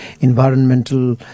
environmental